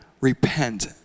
repent